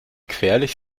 gefährlich